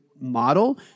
model